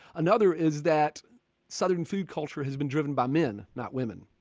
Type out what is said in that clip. another is that southern food culture has been driven by men, not women